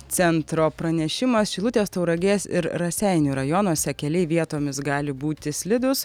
centro pranešimas šilutės tauragės ir raseinių rajonuose keliai vietomis gali būti slidūs